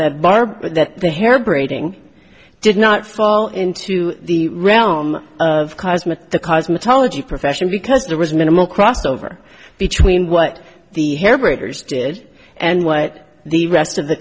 but that the hair braiding did not fall into the realm of cosmic cosmetology profession because there was minimal crossover between what the hamburgers did and what the rest of the